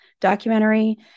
documentary